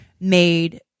made